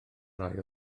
rhai